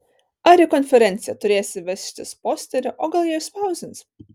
ar į konferenciją turėsi vežtis posterį o gal jie išspausdins